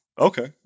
Okay